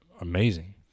amazing